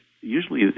Usually